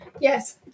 yes